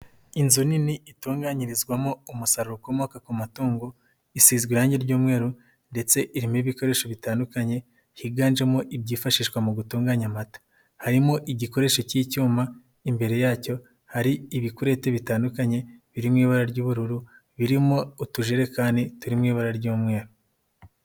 Inzu nini itunganyirizwamo umusaruro ukomoka ku matungo isizwe irangi ry'umweru ndetse irimo ibikoresho bitandukanye higanjemo ibyifashishwa mu gutunganya amata. Harimo igikoresho k'icyuma, imbere yacyo hari ibikurete bitandukanye biri mu ibara ry'ubururu, birimo utujerekani turi mu ibara ry'umweru.